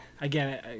again